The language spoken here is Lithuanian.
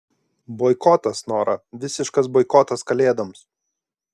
boikotas nora visiškas boikotas kalėdoms